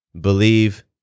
believe